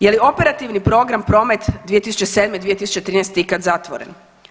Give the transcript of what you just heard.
Je li operativni program Promet 2007.-2013. ikad zatvoren?